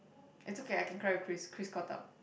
it's okay I can cry with Chris Chris caught up